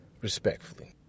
Respectfully